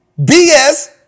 BS